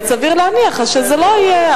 סביר להניח שזה לא יהיה.